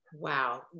Wow